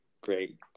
great